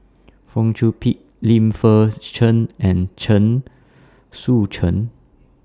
Fong Chong Pik Lim Fei Shen and Chen Sucheng